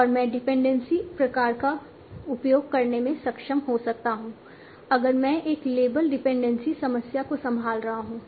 और मैं डिपेंडेंसी प्रकार का उपयोग करने में सक्षम हो सकता हूं अगर मैं एक लेबल डिपेंडेंसी समस्या को संभाल रहा हूं